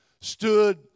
stood